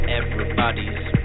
everybody's